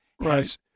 right